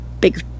big